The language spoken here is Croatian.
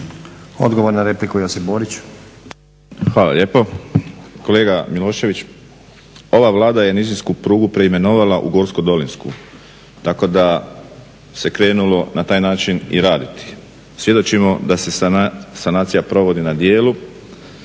**Borić, Josip (HDZ)** Hvala lijepo. Kolega Milošević, ova Vlada je nizinsku prugu preimenovala u gorsko-dolinsku, tako da se krenulo na taj način i raditi. Svjedočimo da se sanacija provodi na dijelu.